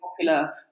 popular